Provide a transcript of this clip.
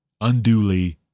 unduly